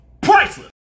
priceless